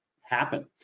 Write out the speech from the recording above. happen